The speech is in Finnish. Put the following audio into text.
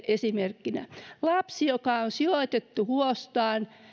esimerkkinä lapsi joka on sijoitettu huostaan